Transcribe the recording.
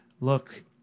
look